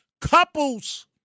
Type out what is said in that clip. Couples